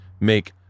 make